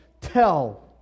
tell